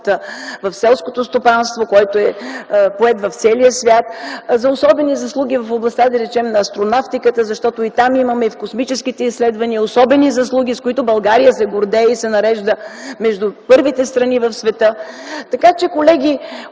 в селското стопанство, който е поет в целия свят, за особени заслуги в областта, да речем, на астронавтиката, защото и в космическите изследвания имаме особени заслуги, с които България се гордее и се нарежда между първите страни в света. Така че, колеги,